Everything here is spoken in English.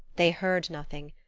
they heard nothing.